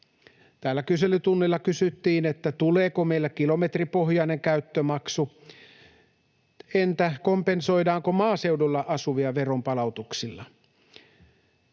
Täällä kyselytunnilla kysyttiin, tuleeko meillä kilometripohjainen käyttömaksu. Entä kompensoidaanko se maaseudulla asuville veronpalautuksilla?